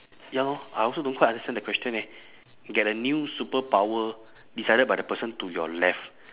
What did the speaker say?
ya lor I also don't quite understand the question leh get a new superpower decided by the person to your left